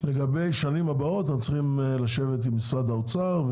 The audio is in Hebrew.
לגבי השנים הבאות אתם צריכים לשבת עם משרד האוצר,